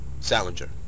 Salinger